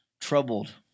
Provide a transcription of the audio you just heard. troubled